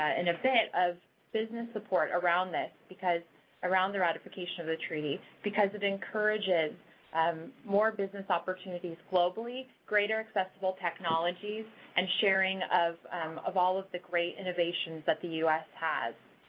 ah in a bit of business support around this, around the ratification of the treaty, because it encourages um more business opportunities globally, greater accessible technologies, and sharing of of all of the great innovations that the u s. has.